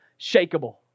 shakable